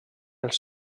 els